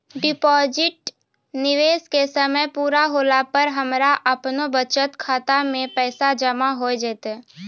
Deposit निवेश के समय पूरा होला पर हमरा आपनौ बचत खाता मे पैसा जमा होय जैतै?